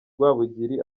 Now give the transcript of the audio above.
rwabugiri